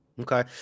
Okay